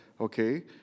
okay